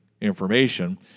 information